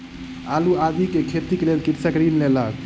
आलू आदि के खेतीक लेल कृषक ऋण लेलक